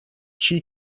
chee